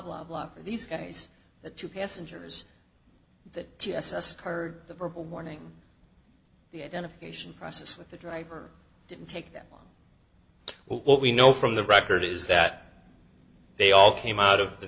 blah blah these guys the two passengers that d s s occurred the verbal warning the identification process with the driver didn't take that long what we know from the record is that they all came out of the